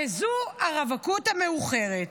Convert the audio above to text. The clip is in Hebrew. וזו הרווקות המאוחרת,